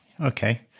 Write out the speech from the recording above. Okay